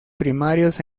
primarios